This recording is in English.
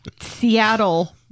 Seattle